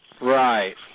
Right